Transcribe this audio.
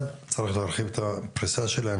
אבל צריך להרחיב את הפריסה שלהם,